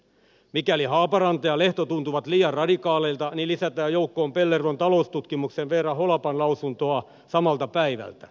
mikäli haaparanta ja lehto tuntuvat liian radikaaleilta niin lisätään joukkoon pellervon taloustutkimuksen veera holapan lausuntoa samalta päivältä